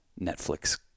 Netflix